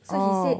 oh